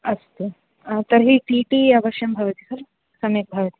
अस्तु तर्हि टिटी अवश्यं भवति खलु सम्यक् भवति